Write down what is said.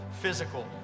Physical